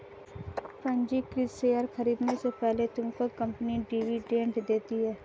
पंजीकृत शेयर खरीदने से पहले तुमको कंपनी डिविडेंड देती है